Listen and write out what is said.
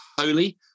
holy